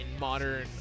modern